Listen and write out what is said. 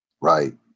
right